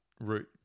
route